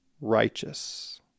righteous